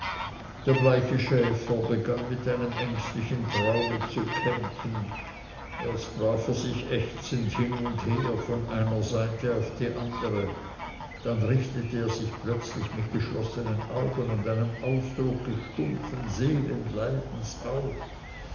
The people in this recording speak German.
der bleiche schläfer begann mit einem ängstlichen traume zu kämpfen erst warf er sich ächzend hin und her von einer seite auf die andere dann richtete er sich plötzlich mit geschlossenen augen und einem ausdrucke stumpfen seelenleidens auf